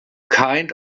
kind